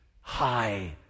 high